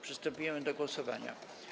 Przystępujemy do głosowania.